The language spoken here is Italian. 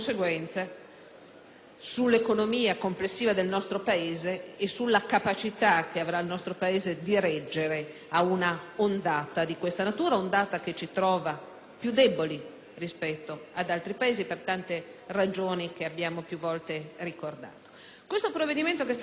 sull'economia complessiva del nostro Paese e sulla capacità che avrà il nostro Paese di reggere a un'ondata di questa natura che ci trova più deboli rispetto ad altri Paesi per tante ragioni più volte ricordate. Il provvedimento che stiamo esaminando